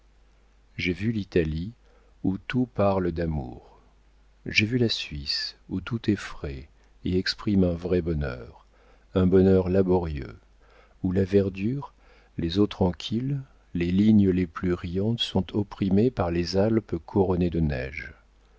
j'ai vu l'italie où tout parle d'amour j'ai vu la suisse où tout est frais et exprime un vrai bonheur un bonheur laborieux où la verdure les eaux tranquilles les lignes les plus riantes sont opprimées par les alpes couronnées de neige